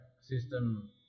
system